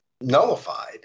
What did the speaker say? nullified